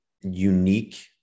unique